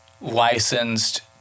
licensed